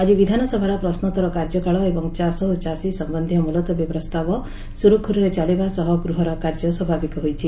ଆଜି ବିଧାନସଭାର ପ୍ରଶ୍ନୋତ୍ତର କାର୍ଯ୍ୟକାଳ ଏବଂ ଚାଷ ଓ ଚାଷୀ ସମ୍ୟନ୍ଧୀୟ ମୁଲତବୀ ପ୍ରସ୍ତାବ ସୁରୁଖୁରୁରେ ଚାଲିବା ସହ ଗୃହର କାର୍ଯ୍ୟ ସ୍ୱାଭାବିକ ହୋଇଛି